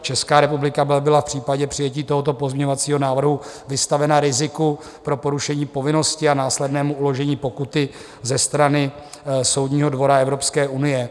Česká republika by byla v případě přijetí tohoto pozměňovacího návrhu vystavena riziku pro porušení povinnosti a následnému uložení pokuty ze strany Soudního dvora Evropské unie.